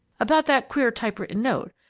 about that queer type-written note.